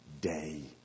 day